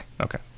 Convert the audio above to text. Okay